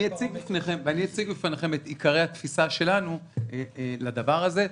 -- ואני אציג בפניכם את עיקרי התפיסה שלנו לדבר הזה.